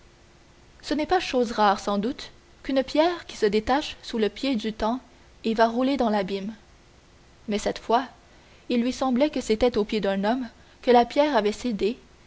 ce n'est pas chose rare sans doute qu'une pierre qui se détache sous le pied du temps et va rouler dans l'abîme mais cette fois il lui semblait que c'était aux pieds d'un homme que la pierre avait cédé